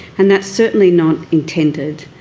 and that's certainly not intended.